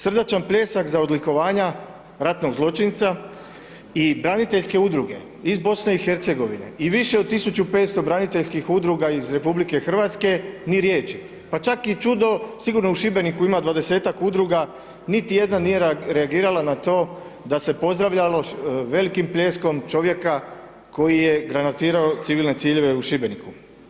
Srdačan pljesak za odlikovanja ratnog zločinca i braniteljske udruge iz BiH-a i više od 1500 braniteljskih udruga iz RH-a, ni riječi pa čak i čudo, sigurno u Šibeniku ima 20-ak udruga, niti jedna nije reagirala na to da se pozdravljalo velikim pljeskom čovjeka koji je granatirao civilne ciljeve u Šibeniku.